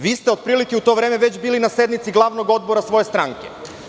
Vi ste otprilike u to vreme već bili na sednici glavnog odbora svoje stranke.